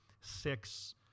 six